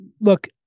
look